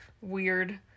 weird